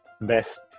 best